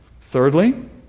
Thirdly